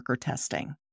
testing